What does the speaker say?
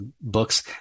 books